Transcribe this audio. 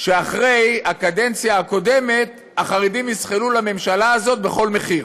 שאחרי הקדנציה הקודמת החרדים יזחלו לממשלה הזאת בכל מחיר.